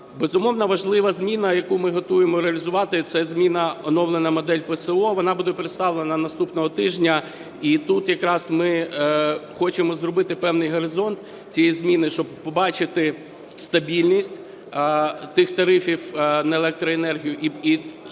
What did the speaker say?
Безумовно, важлива зміна, яку ми готуємо реалізувати, це зміна – оновлена модель ПСО, вона буде представлена наступного тижня. І тут якраз ми хочемо зробити певний горизонт цієї зміни, щоб побачити стабільність тих тарифів на електроенергію і зробити